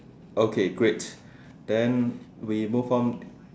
okay great then we move on